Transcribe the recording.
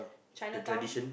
Chinatown